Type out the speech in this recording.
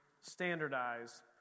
standardize